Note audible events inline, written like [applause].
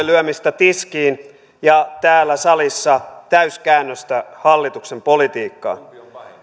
[unintelligible] lyömistä tiskiin ja täällä salissa täyskäännöstä hallituksen politiikkaan